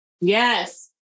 yes